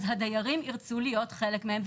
אז הדיירים ירצו להיות חלק מהם.